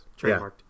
Trademarked